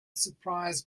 surprise